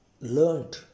learned